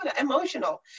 emotional